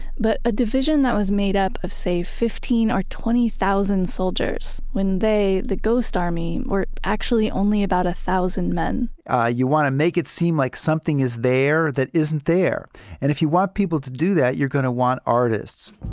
but a division that was made up of say fifteen thousand or twenty thousand soldiers, when they, the ghost army, were actually only about a thousand men ah you want to make it seem like something is there that isn't there and if you want people to do that, you're going to want artists